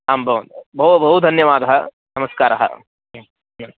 आं भवतु भोः बहु धन्यवादः नमस्कारः